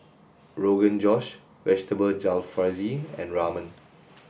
Rogan Josh Vegetable Jalfrezi and Ramen